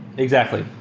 exactly.